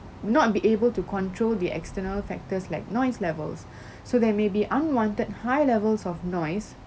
not be able to control the external factors like noise levels so there may be unwanted high levels of noise